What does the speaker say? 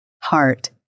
Heart